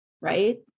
right